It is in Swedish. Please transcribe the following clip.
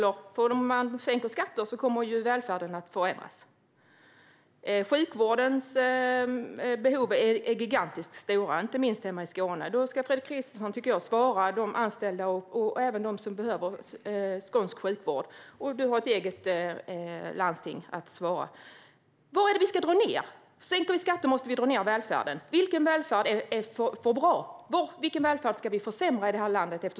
Om man sänker skatten kommer ju välfärden att förändras. Sjukvårdens behov är gigantiska, inte minst hemma i Skåne. Jag tycker att du ska svara de anställda och även dem som behöver skånsk sjukvård, Fredrik Christensson. Du har också ett eget landsting att svara om. Vad är det vi ska dra ned på? Sänker vi skatter måste vi dra ned på välfärden. Vilken välfärd är för bra? Vilken välfärd ska vi försämra i det här landet?